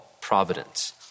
Providence